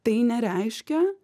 tai nereiškia